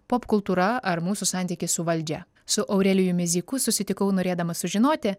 popkultūra ar mūsų santykį su valdžia su aurelijumi zyku susitikau norėdamas sužinoti